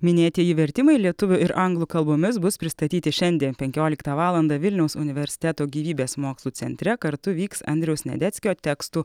minėtieji vertimai lietuvių ir anglų kalbomis bus pristatyti šiandien penkioliktą valandą vilniaus universiteto gyvybės mokslų centre kartu vyks andriaus sniadeckio tekstų